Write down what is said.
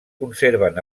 conserven